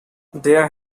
there